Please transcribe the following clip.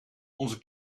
onze